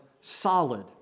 solid